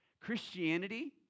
Christianity